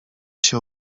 się